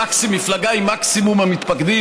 במפלגה עם מקסימום המתפקדים,